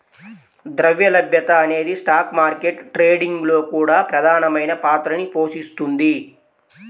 ద్రవ్య లభ్యత అనేది స్టాక్ మార్కెట్ ట్రేడింగ్ లో కూడా ప్రధానమైన పాత్రని పోషిస్తుంది